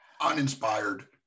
uninspired